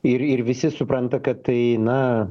ir ir visi supranta kad tai na